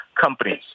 companies